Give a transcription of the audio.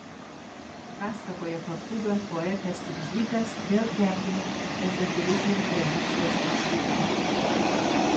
pasakoje papūga poetas ir žydas vėl regime ezoterizmo tradicijos atšvaitų